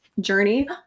journey